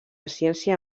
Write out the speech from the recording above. ciència